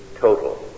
total